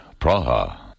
Praha